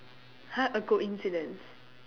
!huh! a coincidence